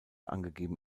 angegeben